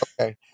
okay